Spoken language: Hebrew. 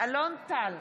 אלון טל,